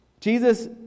Jesus